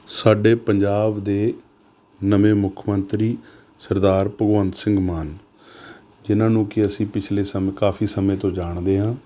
ਸਾਡੇ ਪੰਜਾਬ ਦੇ ਨਵੇਂ ਮੁੱਖ ਮੰਤਰੀ ਸਰਦਾਰ ਭਗਵੰਤ ਸਿੰਘ ਮਾਨ ਜਿਨ੍ਹਾਂ ਨੂੰ ਕਿ ਅਸੀਂ ਪਿਛਲੇ ਸਮੇਂ ਕਾਫੀ ਸਮੇਂ ਤੋਂ ਜਾਣਦੇ ਹਾਂ